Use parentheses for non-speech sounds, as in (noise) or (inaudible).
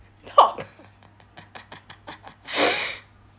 talk (laughs)